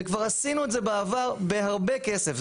וכבר עשינו את זה בעבר בהרבה כסף.